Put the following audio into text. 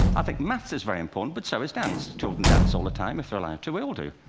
i think math is very important, but so is dance. children dance all the time if they're allowed to, we all do.